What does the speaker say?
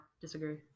disagree